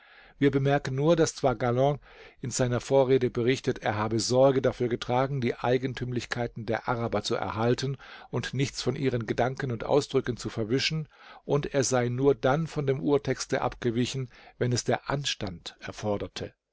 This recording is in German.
wir bemerken nur daß zwar galland in seiner vorrede berichtet er habe sorge dafür getragen die eigentümlichkeiten der araber zu erhalten und nichts von ihren gedanken und ausdrücken zu verwischen und er sei nur dann von dem urtexte abgewichen wenn es der anstand erforderte